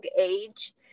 age